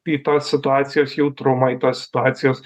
į tos situacijos jautrumą į tos situacijos